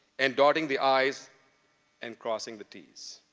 and dotting the i's and crossing the t's.